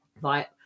right